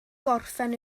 gorffen